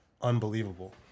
unbelievable